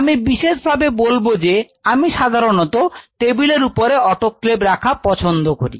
আমি বিশেষভাবে বলবো যে আমি সাধারণত টেবিলের উপরে রাখা অটোক্লেভ পছন্দ করি